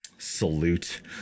salute